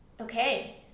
okay